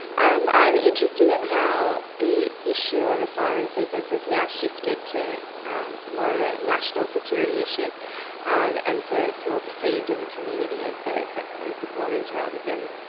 and i'm interested in how the issue of asylum seekers has now shifted to more of a national security issue and so it's more perceived in the community as though it's like, close the borders rather than